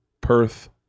perth